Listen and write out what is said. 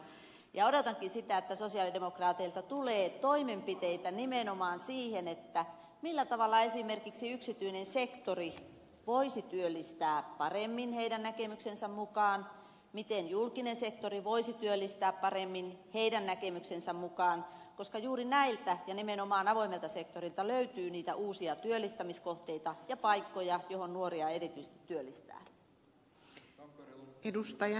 odotankin sitä että sosialidemokraateilta tulee toimenpiteitä nimenomaan siihen millä tavalla esimerkiksi yksityinen sektori voisi työllistää paremmin heidän näkemyksensä mukaan miten julkinen sektori voisi työllistää paremmin heidän näkemyksensä mukaan koska juuri näiltä ja nimenomaan avoimelta sektorilta löytyy niitä uusia työllistämiskohteita ja paikkoja joihin nuoria erityisesti voisi työllistää